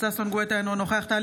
ששון ששי גואטה, אינו נוכח טלי